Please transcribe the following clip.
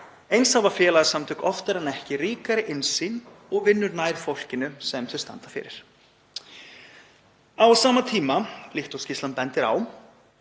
Eins hafa félagasamtök oftar en ekki ríkari innsýn og vinna nær fólkinu sem þau standa fyrir. Á sama tíma og skýrslan bendir á